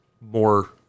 more